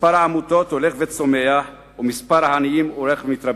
מספר העמותות הולך וצומח ומספר העניים הולך ומתרבה.